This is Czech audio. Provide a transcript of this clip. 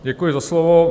Děkuji za slovo.